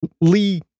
Lee